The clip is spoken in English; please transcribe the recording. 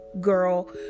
girl